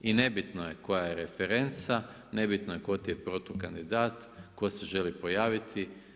I nebitno je koja je referenca, nebitno je tko ti je protukandidat, tko se želi pojaviti.